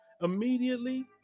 Immediately